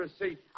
receipt